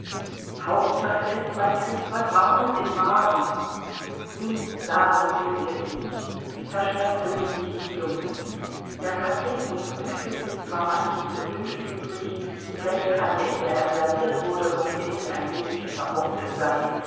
hauptsache ist man kriegt was warmes in magen nun daran fehlte es nicht herr schnepfe ließ sich nicht lumpen der kaffee zum frühstück ließ zwar manches zu wünschen übrig die blechkanne in der er serviert wurde mochte innen ein wenig verrostet sein